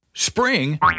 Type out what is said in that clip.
spring